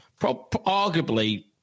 arguably